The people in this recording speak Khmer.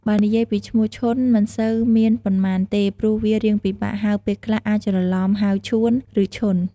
បើនិយាយពីឈ្មោះឈុន មិនសូវមានប៉ុន្មានទេព្រោះវារៀងពិបាកហៅពេលខ្លះអាចច្រលំហៅ ឈួន ឬឈន់។